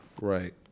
Right